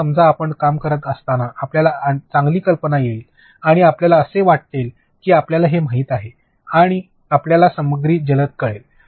आता समजा आपण काम करत असताना आपल्याला चांगली कल्पना येईल आणि आपल्याला असे वाटते की आपल्याला हे माहित आहे की आपल्याला सामग्री जलद कळेल